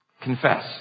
Confess